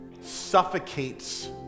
suffocates